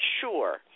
sure